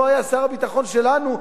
לא היה שר הביטחון שלנו,